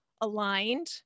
aligned